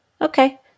Okay